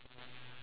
ya